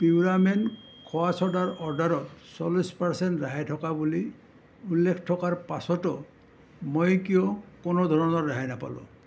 পিউৰামেট খোৱা ছ'ডাৰ অৰ্ডাৰত চল্লিছ পাৰ্চেণ্ট ৰেহাই থকা বুলি উল্লেখ থকাৰ পাছতো মই কিয় কোনোধৰণৰ ৰেহাই নাপালোঁ